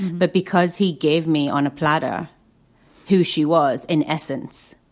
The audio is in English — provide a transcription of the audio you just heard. but because he gave me on a platter who she was, in essence,